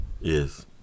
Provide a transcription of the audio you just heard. Yes